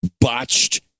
botched